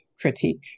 critique